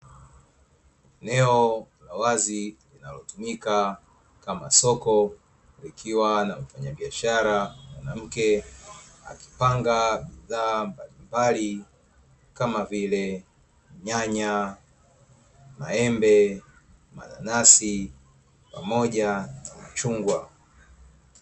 Eneo la wazi linalo tumika kama soko, likiwa na mfanyabiashara Mwanamke, akipanga bidhaa mbali mbali kama vile: nyanya, maembe, mananasi pamoja na machungwa.